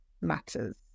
matters